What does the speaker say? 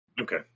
Okay